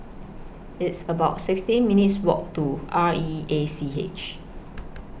It's about sixteen minutes' Walk to R E A C H